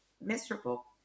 miserable